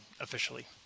officially